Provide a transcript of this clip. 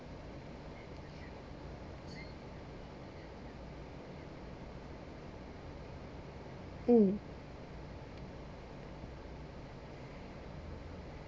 mm